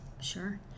Sure